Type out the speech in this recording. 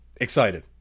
excited